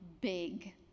big